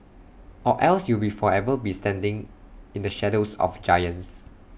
or else you will forever be standing in the shadows of giants